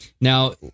now